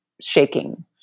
shaking